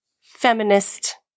feminist